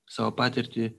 savo patirtį